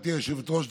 גברתי היושבת-ראש,